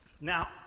Now